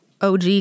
OG